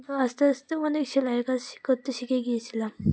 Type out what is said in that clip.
তো আস্তে আস্তে অনেক সেলাইয়ের কাজ করতে শিখে গিয়েছিলাম